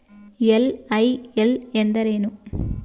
LIL ಎಂದರೇನು?